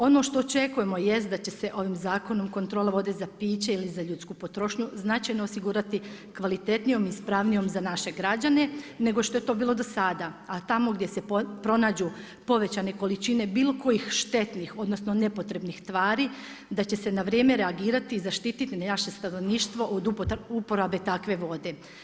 Ono što očekujemo jest da će se ovim zakonom kontrole vodit za piće ili za ljudsku potrošnju značajno osigurati kvalitetnijom, ispravnijom za naše građane nego što je to bilo do sada, a tamo gdje se pronađu povećane količine bilo kojih štetnih, odnosno nepotrebnih tvari da će se na vrijeme reagirati i zaštititi naše stanovništvo od uporabe takve vode.